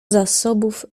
zasobów